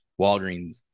walgreens